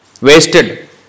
wasted